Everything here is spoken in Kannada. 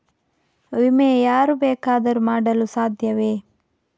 ವಿಮೆ ಯಾರು ಬೇಕಾದರೂ ಮಾಡಲು ಸಾಧ್ಯವೇ?